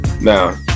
Now